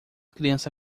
criança